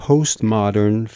Postmodern